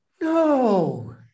No